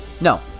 No